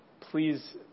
please